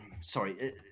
Sorry